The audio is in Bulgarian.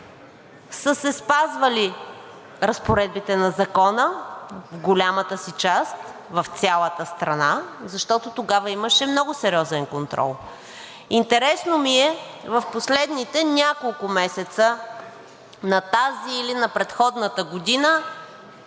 са се спазвали разпоредбите на Закона – в голямата си част, в цялата страна, защото тогава имаше много сериозен контрол. Интересно ми е в последните няколко месеца на тази или на предходната година